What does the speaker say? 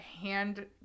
hand